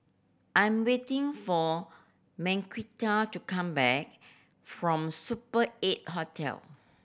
I'm waiting for Marquita to come back from Super Eight Hotel